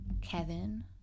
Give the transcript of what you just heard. Kevin